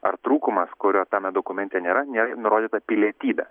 ar trūkumas kurio tame dokumente nėra nėr nurodyta pilietybė